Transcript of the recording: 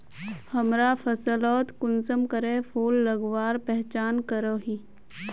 हमरा फसलोत कुंसम करे फूल लगवार पहचान करो ही?